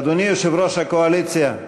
אדוני יושב-ראש הקואליציה,